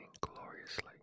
gloriously